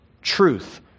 truth